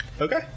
Okay